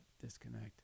disconnect